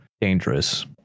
dangerous